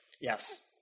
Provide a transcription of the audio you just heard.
Yes